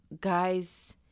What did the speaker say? guys